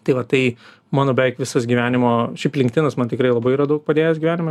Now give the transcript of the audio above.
tai va tai mano beveik visas gyvenimo šiaip linktinas man tikrai labai yra daug padėjęs gyvenime